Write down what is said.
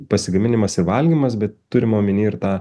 pasigaminimas ir valgymas bet turim omeny ir tą